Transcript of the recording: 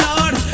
Lord